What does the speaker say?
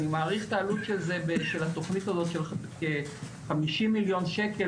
אני מעריך את העלות של התוכנית הזו כ-50 מיליון שקל,